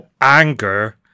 anger